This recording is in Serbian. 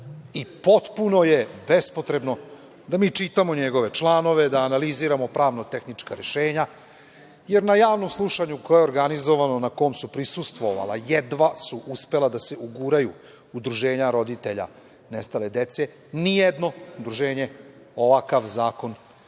žele. Potpuno je bespotrebno da mi čitamo njegove članove, da analiziramo pravno-tehnička rešenja, jer na javnom slušanju koje je organizovano, na kom su prisustvovala, jedva su uspela da se uguraju, udruženja roditelja nestale dece, ni jedno udruženje ovakav zakon nije